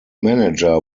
manager